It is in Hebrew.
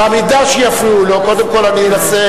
במידה שיפריעו לו, קודם כול אני אנסה